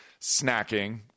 snacking